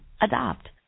Adopt